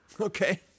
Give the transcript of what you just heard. Okay